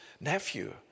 nephew